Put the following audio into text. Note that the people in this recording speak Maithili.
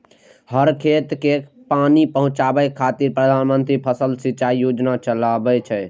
हर खेत कें पानि पहुंचाबै खातिर प्रधानमंत्री फसल सिंचाइ योजना चलै छै